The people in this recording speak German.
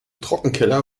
trockenkeller